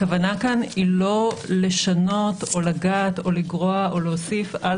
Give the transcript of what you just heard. הכוונה כאן היא לא לשנות או לגעת או לגרוע או להוסיף על